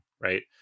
right